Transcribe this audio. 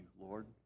Lord